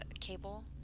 cable